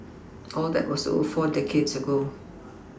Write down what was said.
all that was over four decades ago